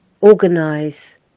organize